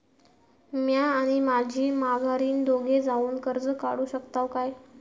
म्या आणि माझी माघारीन दोघे जावून कर्ज काढू शकताव काय?